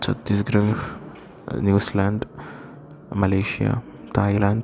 Chhattisgarh New Zealand Malaysia Thailand